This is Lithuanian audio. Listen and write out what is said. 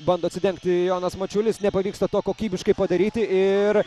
bando atsidengti jonas mačiulis nepavyksta to kokybiškai padaryti ir